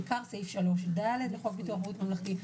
בעיקר סעיף 3ד לחוק ביטוח בריאות ממלכתי.